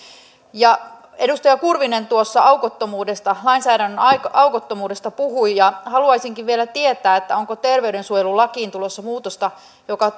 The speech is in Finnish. edustaja kurvinen tuossa lainsäädännön aukottomuudesta puhui ja haluaisinkin vielä tietää onko terveydensuojelulakiin tulossa muutosta joka